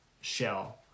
shell